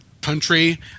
country